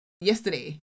yesterday